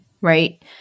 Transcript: Right